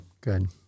good